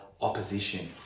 opposition